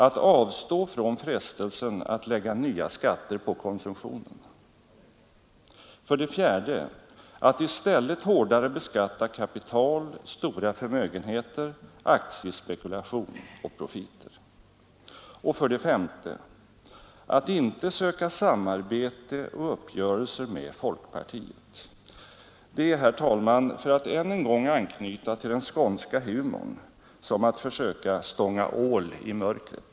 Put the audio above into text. Att avstå från frestelsen att lägga nya skatter på konsumtionen. 4. Att i stället hårdare beskatta kapital, stora förmögenheter, aktiespekulation och profiter. 5. Att inte söka samarbete och uppgörelser med folkpartiet, ty det är, för att än en gång anknyta till den skånska humorn, som att söka stånga ål i mörkret.